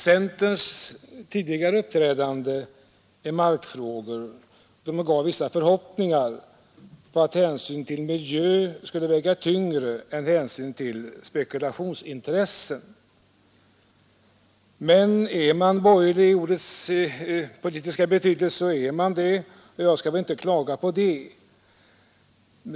Centerns tidigare uppträdande i markfrågor gav vissa förhoppningar om att hänsyn till miljön skulle väga tyngre än hänsyn till spekulationsintressen. Men är man borgerlig i ordets politiska betydelse så är man, och jag skall väl inte klaga på det.